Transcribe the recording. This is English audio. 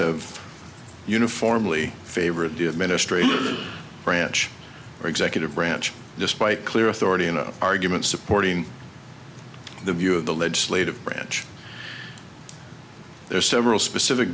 have uniformly favor of the administrative branch or executive branch despite clear authority and arguments supporting the view of the legislative branch there are several specific